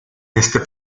este